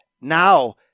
now